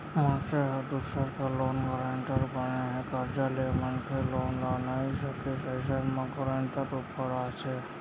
मनसे ह दूसर के लोन गारेंटर बने हे, करजा ले मनखे लोन ल नइ सकिस अइसन म गारेंटर ऊपर आथे